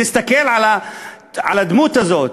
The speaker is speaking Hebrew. תסתכל על הדמות הזאת,